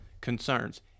concerns